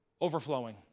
overflowing